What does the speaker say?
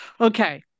okay